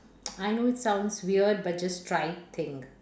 I know it sounds weird but just try thing